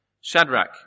Shadrach